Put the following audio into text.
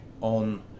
on